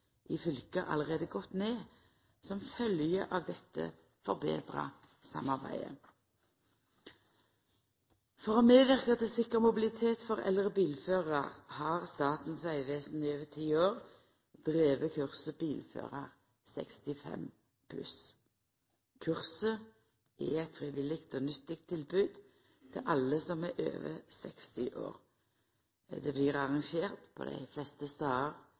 i fylket allereie gått ned som følgje av dette forbetra samarbeidet. For å medverka til sikker mobilitet for eldre bilførar har Statens vegvesen i over ti år drive kurset «Bilførar 65+». Kurset er eit frivillig og nyttig tilbod til alle som er over 60 år. Det blir arrangert på dei fleste